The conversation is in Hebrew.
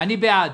אני בעד.